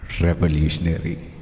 revolutionary